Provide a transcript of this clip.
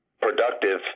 productive